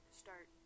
start